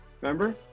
Remember